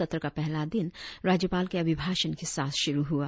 सत्र का पहला दिन राज्यपाल के अभिभाषण के साथ शुरु हुआ